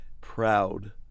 proud